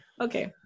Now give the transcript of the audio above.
okay